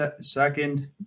second